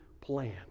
plan